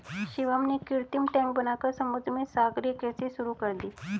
शिवम ने कृत्रिम टैंक बनाकर समुद्र में सागरीय कृषि शुरू कर दी